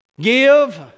Give